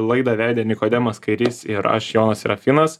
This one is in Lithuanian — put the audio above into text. laidą vedė nikodemas kairys ir aš jonas serafinas